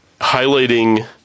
highlighting